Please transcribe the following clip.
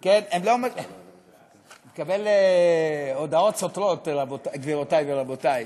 אני מקבל הודעות סותרות, גבירותי ורבותי,